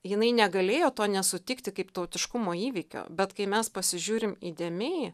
jinai negalėjo to nesutikti kaip tautiškumo įvykio bet kai mes pasižiūrim įdėmiai